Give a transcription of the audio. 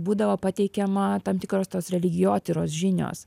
būdavo pateikiama tam tikros tos religijotyros žinios